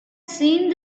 seen